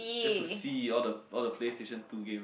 just to see all the all the PlayStation two games